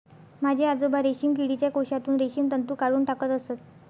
माझे आजोबा रेशीम किडीच्या कोशातून रेशीम तंतू काढून टाकत असत